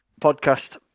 podcast